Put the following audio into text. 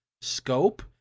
scope